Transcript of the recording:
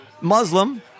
Muslim